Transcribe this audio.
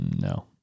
No